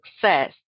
success